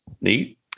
Neat